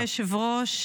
אדוני היושב-ראש,